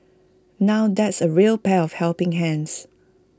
now that's A real pair of helping hands